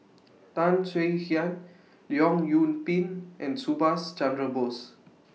Tan Swie Hian Leong Yoon Pin and Subhas Chandra Bose